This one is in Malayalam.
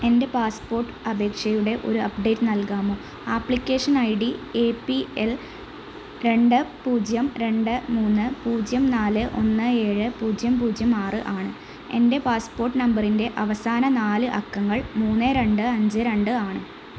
എൻ്റെ പാസ്പോർട്ട് അപേക്ഷയുടെ ഒരു അപ്ഡേറ്റ് നൽകാമോ application I D A P L രണ്ട് പൂജ്യം രണ്ട് മൂന്ന് പൂജ്യം നാല് ഒന്ന് ഏഴ് പൂജ്യം പൂജ്യം ആറ് ആണ് എൻ്റെ പാസ്പോർട്ട് നമ്പറിൻറ്റെ അവസാന നാല് അക്കങ്ങൾ മൂന്ന് രണ്ട് അഞ്ച് രണ്ട് ആണ്